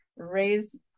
raise